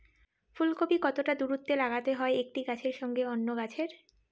ফুলকপি কতটা দূরত্বে লাগাতে হয় একটি গাছের সঙ্গে অন্য গাছের?